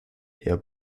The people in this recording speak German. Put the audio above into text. herr